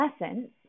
essence